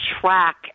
track